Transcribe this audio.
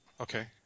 okay